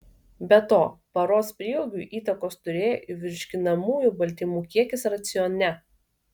be to paros prieaugiui įtakos turėjo ir virškinamųjų baltymų kiekis racione